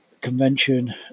convention